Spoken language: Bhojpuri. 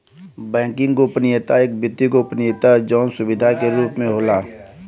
बैंकिंग गोपनीयता एक वित्तीय गोपनीयता जौन सुरक्षा के रूप में होला